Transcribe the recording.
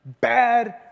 bad